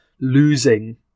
losing